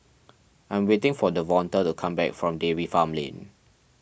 I am waiting for Devonta to come back from Dairy Farm Lane